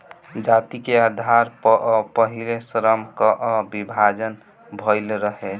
जाति के आधार पअ पहिले श्रम कअ विभाजन भइल रहे